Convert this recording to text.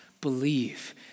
believe